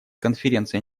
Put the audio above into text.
конференция